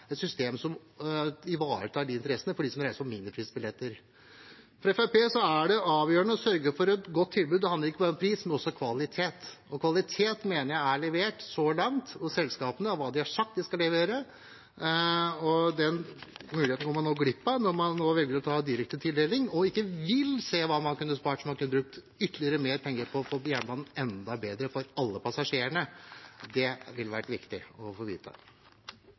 et system som ivaretar interessene til dem som reiser på Minipris-billetter. For Fremskrittspartiet er det avgjørende å sørge for et godt tilbud. Det handler ikke bare om pris, men også om kvalitet. Kvalitet mener jeg er blitt levert så langt av selskapene, ut ifra hva de har sagt at de skal levere. Den muligheten går man nå glipp av, når man nå velger å gjøre en direktetildeling og ikke vil se hva man kunne ha spart, slik at man kunne ha brukt ytterligere penger på å gjøre jernbanen enda bedre for alle passasjerer. Det ville det ha vært viktig å få